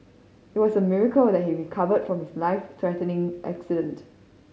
it was miracle that he recovered from his life threatening accident